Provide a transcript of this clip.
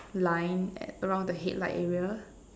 line at around the headlight area